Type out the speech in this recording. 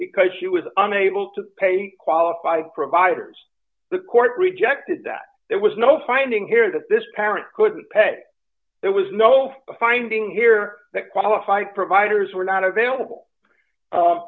because she was unable to pay qualified providers the court rejected that there was no finding here that this parent couldn't pay there was no finding here that qualified providers were not available